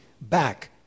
back